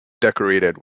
decorated